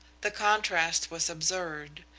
the contrast was absurd,